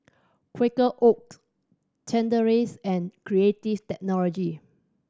Quaker Oats Chateraise and Creative Technology